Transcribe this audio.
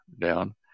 down